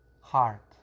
heart